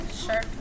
Sure